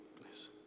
Please